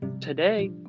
today